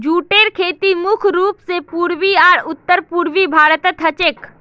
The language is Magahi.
जूटेर खेती मुख्य रूप स पूर्वी आर उत्तर पूर्वी भारतत ह छेक